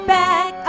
back